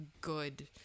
good